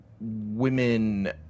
women